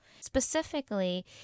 Specifically